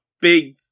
big